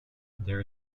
there